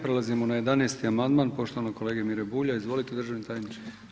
Prelazimo na 11. amandman poštovanog kolege Mire Bulja, izvolite državni tajniče.